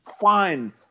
fine